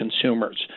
consumers